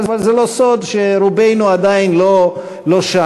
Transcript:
אבל זה לא סוד שרובנו עדיין לא שם.